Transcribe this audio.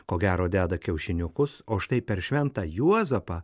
ko gero deda kiaušiniukus o štai per šventą juozapą